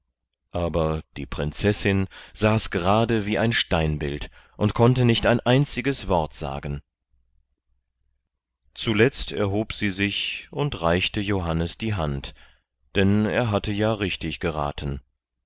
aber die prinzessin saß gerade wie ein steinbild und konnte nicht ein einziges wort sagen zuletzt erhob sie sich und reichte johannes die hand denn er hatte ja richtig geraten